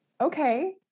okay